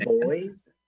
Boys